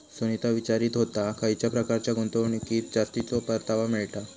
सुनीता विचारीत होता, खयच्या प्रकारच्या गुंतवणुकीत जास्तीचो परतावा मिळता?